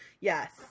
Yes